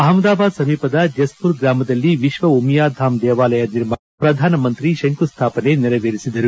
ಅಹಮದಾಬಾದ್ ಸಮೀಪದ ಜಸ್ಟರ್ ಗ್ರಾಮದಲ್ಲಿ ವಿಶ್ವ ಉಮಿಯಾ ಧಾಮ್ ದೇವಾಲಯ ನಿರ್ಮಾಣಕ್ಕೆ ಪ್ರಧಾನಮಂತ್ರಿ ಶಂಕುಸ್ಥಾಪನೆ ನೆರವೇರಿಸಿದರು